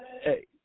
Hey